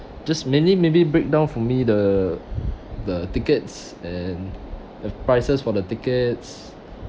just mainly maybe breakdown for me the the tickets and the prices for the tickets